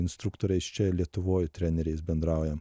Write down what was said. instruktoriais čia lietuvoj treneriais bendraujam